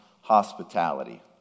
hospitality